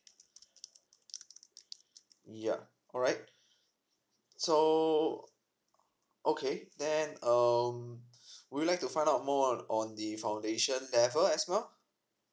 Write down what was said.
yup alright so okay then um would you like to find out more on on the foundation level as well